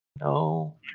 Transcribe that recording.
No